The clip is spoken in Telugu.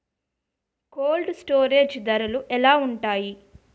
కోల్డ్ స్టోరేజ్ ధరలు ఎలా ఉంటాయి?